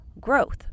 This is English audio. growth